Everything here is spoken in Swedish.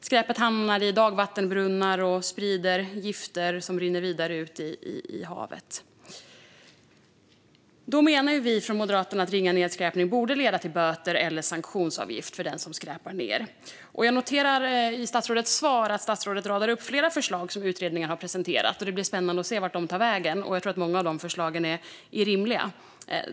Skräpet hamnar i dagvattenbrunnar och sprider gifter som rinner vidare ut i havet. Vi moderater menar därför att ringa nedskräpning borde leda till böter eller sanktionsavgift för den som skräpar ned. Jag noterar i statsrådets svar att hon radar upp flera förslag som utredningarna har presenterat. Jag tror att många av dessa förslag är rimliga, och det blir spännande att se vart de tar vägen.